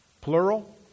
plural